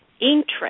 interest